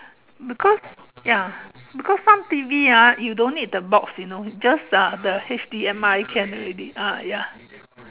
because ya because some T_V ah you don't need the box you know just uh the H_D_M_I can already ah ya